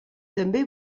també